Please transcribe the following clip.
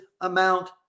amount